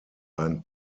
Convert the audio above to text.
ein